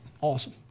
Awesome